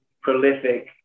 prolific